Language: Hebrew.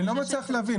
אני לא מצליח להבין.